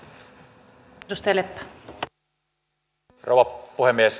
rouva puhemies